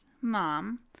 mom